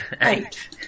Eight